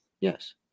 Yes